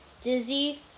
Dizzy